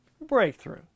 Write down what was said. breakthrough